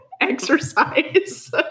exercise